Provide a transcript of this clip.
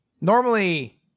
Normally